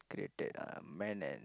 created uh man and